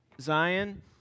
Zion